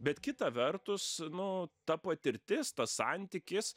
bet kita vertus nu ta patirtis tas santykis